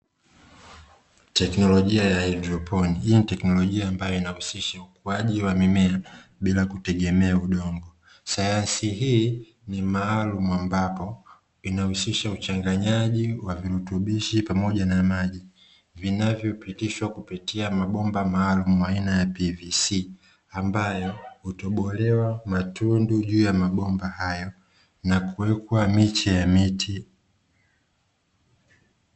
Teknolojia ya haidroponi. Hii ni teknolojia inayohusisha ukuaji wa mimea bila kutegemea udongo. Sayansi hii ni maalumu ambapo inahusisha uchanganyaji wa virutubishi pamoja na maji vinavyopitishwa kupitia mabomba maalumu aina ya "PVC", ambayo hutobolewa matundu juu ya mabomba hayo na kuwekwa miche ya miti.